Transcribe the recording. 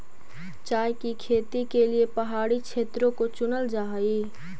चाय की खेती के लिए पहाड़ी क्षेत्रों को चुनल जा हई